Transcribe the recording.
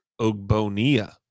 Ogbonia